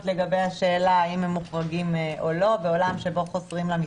לגבי השאלה אם הם מוחרגים או לא בעולם שבו חוזרים למכסות.